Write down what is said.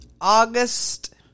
August